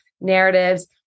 narratives